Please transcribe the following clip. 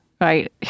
Right